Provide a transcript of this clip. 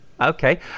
Okay